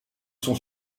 son